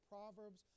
Proverbs